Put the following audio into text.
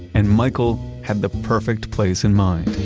and michael had the perfect place in mind.